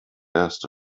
erste